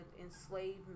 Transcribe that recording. enslavement